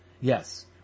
Yes